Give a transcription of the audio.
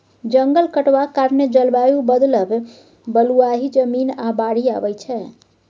जंगल कटबाक कारणेँ जलबायु बदलब, बलुआही जमीन, आ बाढ़ि आबय छै